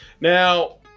Now